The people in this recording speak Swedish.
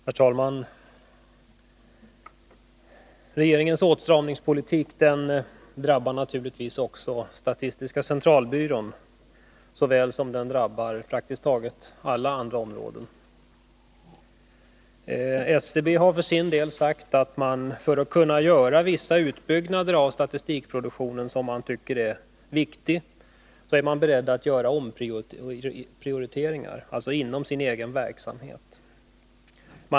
Herr talman! Regeringens åtstramningspolitik drabbar naturligtvis också statistiska centralbyrån lika väl som den drabbar praktiskt taget alla andra områden. SCB har för sin del sagt att man för att kunna göra vissa utbyggnader av statistikproduktionen som man tycker är viktiga är beredd att göra omprioriteringar inom sin egen verksamhet.